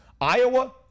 iowa